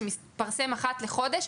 שמתפרסם אחת לחודש,